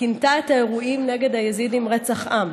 כינתה את האירועים נגד היזידים רצח עם,